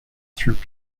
through